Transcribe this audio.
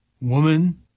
woman